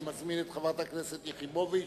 אני מזמין את חברת הכנסת שלי יחימוביץ,